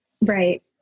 Right